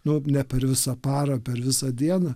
nu ne per visą parą per visą dieną